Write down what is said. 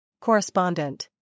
Correspondent